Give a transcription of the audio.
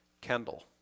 Kendall